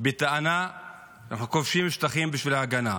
בטענה שאנחנו כובשים שטחים בשביל ההגנה.